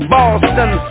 Boston